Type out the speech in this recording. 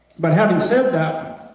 but, having said that,